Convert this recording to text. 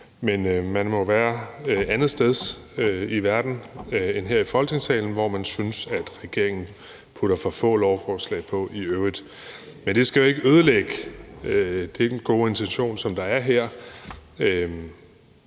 Men man må jo være andetsteds i verden end her i Folketingssalen, hvor man synes at regeringen sætter for få lovforslag på i øvrigt. Men det skal jo ikke ødelægge den gode intention, som der er her.